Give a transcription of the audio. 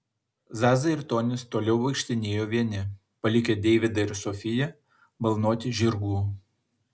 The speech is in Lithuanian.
zaza ir tonis toliau vaikštinėjo vieni palikę deividą ir sofiją balnoti žirgų